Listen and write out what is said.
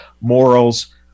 morals